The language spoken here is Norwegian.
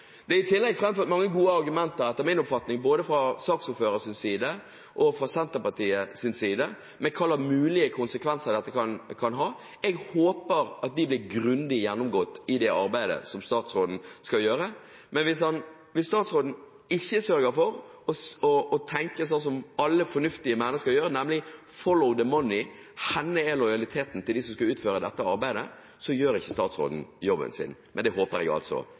Det er i tillegg framført mange gode argumenter, etter min oppfatning, både fra saksordførerens side og fra Senterpartiets side om hvilke mulige konsekvenser dette kan ha. Jeg håper at disse blir grundig gjennomgått i det arbeidet som statsråden skal gjøre. Men hvis han ikke sørger for å tenke sånn som alle fornuftige mennesker gjør, nemlig «follow the money» – hvor ligger lojaliteten til dem som skal utføre dette arbeidet? – gjør ikke statsråden jobben sin. Men det håper jeg altså